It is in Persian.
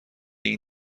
این